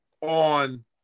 on